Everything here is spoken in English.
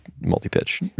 multi-pitch